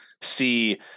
see